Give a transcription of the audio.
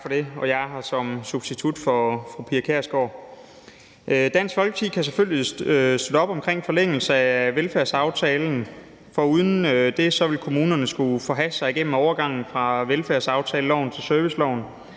Dansk Folkeparti kan selvfølgelig støtte op omkring en forlængelse af velfærdsaftalen, for uden den ville kommunerne skulle forhaste sig gennem overgangen fra velfærdsaftaleloven til serviceloven